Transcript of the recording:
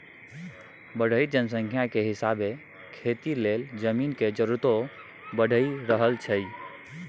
बढ़इत जनसंख्या के हिसाबे खेती लेल जमीन के जरूरतो बइढ़ रहल छइ